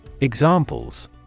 Examples